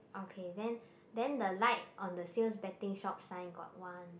okay then then the light on the sales betting shop sign got one